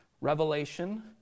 revelation